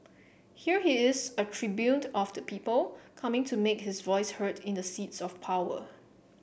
here he is a tribune of the people coming to make his voice heard in the seats of power